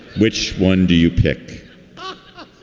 which one do you pick but